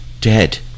dead